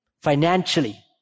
Financially